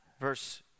Verse